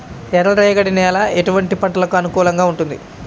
ఎర్ర రేగడి నేల ఎటువంటి పంటలకు అనుకూలంగా ఉంటుంది?